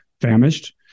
famished